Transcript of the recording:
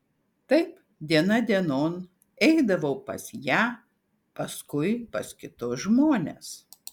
taip diena dienon eidavau pas ją paskui pas kitus žmones